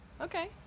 Okay